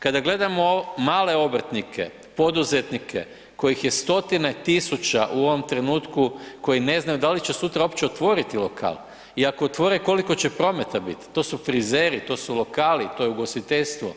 Kada gledamo male obrtnike, poduzetnike koji je 100 000 u ovom trenutku, koji ne znaju da li će sutra uopće otvoriti lokal i ako otvore, koliko će prometa biti, to su frizeri, to su lokali, to je ugostiteljstvo,